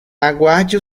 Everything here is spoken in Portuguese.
aguarde